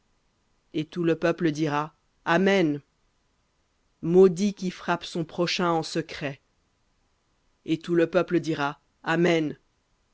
et tout le peuple dira amen maudit qui frappe son prochain en secret et tout le peuple dira amen